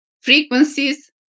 frequencies